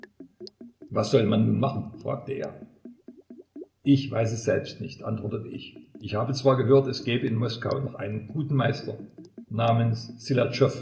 was soll man nun machen fragte er ich weiß es selbst nicht antwortete ich ich habe zwar gehört es gäbe in moskau noch einen guten meister namens